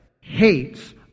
hates